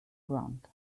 ground